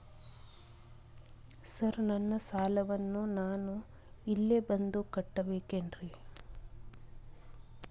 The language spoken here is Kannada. ಸರ್ ನನ್ನ ಸಾಲವನ್ನು ನಾನು ಇಲ್ಲೇ ಬಂದು ಕಟ್ಟಬೇಕೇನ್ರಿ?